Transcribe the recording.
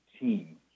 team